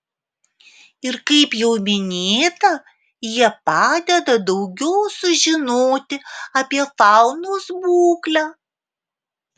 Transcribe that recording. ir kaip jau minėta jie padeda daugiau sužinoti apie faunos būklę